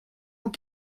vous